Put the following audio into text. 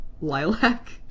Lilac